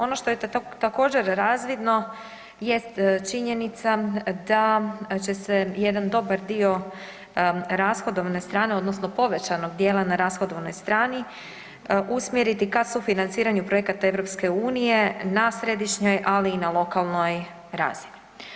Ono što je također razvidno jest činjenica da će se jedan dobar dio rashodovne strane odnosno povećanog dijela na rashodovnoj strani usmjeriti ka sufinanciranju projekata EU na središnjoj, ali i na lokalnoj razini.